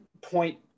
point